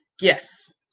yes